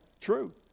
true